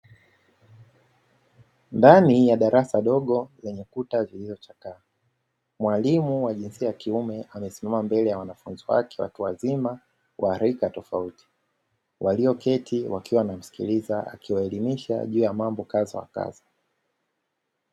Ndani ya darasa dogo lenye kuta zilizochakaa, mwalimu wa jinsia ya kiume amesimama mbele ya wanafunzi wake watu wazima wa rika tofauti, walioketi wakiwa wanamsikiliza akiwaelimisha juu ya mambo kadha wa kadha.